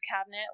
cabinet